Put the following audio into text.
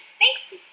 Thanks